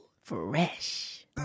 Fresh